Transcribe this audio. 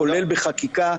כולל בחקיקה,